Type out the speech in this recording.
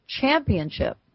championship